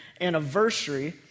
anniversary